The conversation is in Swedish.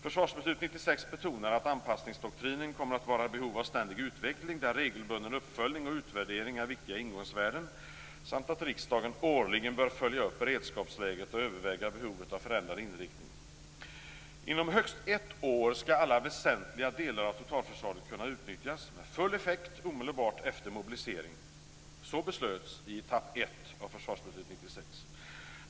Försvarsbeslut 96 betonade att anpassningsdoktrinen kommer att vara i behov av ständig utveckling, där regelbunden uppföljning och utvärdering är viktiga ingångsvärden, samt att riksdagen årligen bör följa upp beredskapsläget och överväga behovet av förändrad inriktning. Inom högst ett år skall alla väsentliga delar av totalförsvaret kunna utnyttjas med full effekt omedelbart efter mobilisering. Så beslöts i etapp 1 av Försvarsbeslut 96.